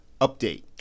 update